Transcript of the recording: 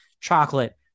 chocolate